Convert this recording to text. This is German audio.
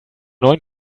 neuen